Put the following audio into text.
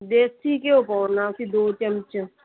ਦੇਸੀ ਘਿਓ ਪਾਉਣਾ ਸੀ ਦੋ ਚਮਚ